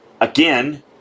Again